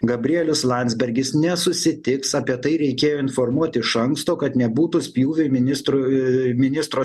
gabrielius landsbergis nesusitiks apie tai reikėjo informuoti iš anksto kad nebūtų spjūviai ministrui ministro